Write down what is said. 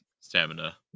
stamina